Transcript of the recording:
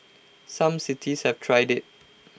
some cities have tried IT